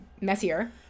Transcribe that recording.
messier